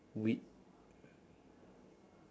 weed